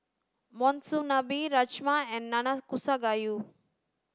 Monsunabe Rajma and Nanakusa gayu